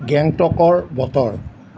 গেংটকৰ বতৰ